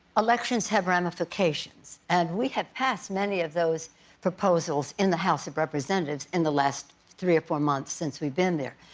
elections have ramifications and we have passed many of those proposals in the house of representatives in the last three or four months since we've been there.